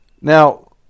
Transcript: Now